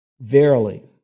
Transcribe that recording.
Verily